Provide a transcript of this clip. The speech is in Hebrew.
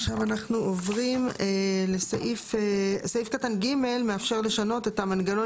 עכשיו אנחנו עוברים לסעיף קטן (ג) מאפשר לשנות את המנגנון